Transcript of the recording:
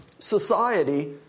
society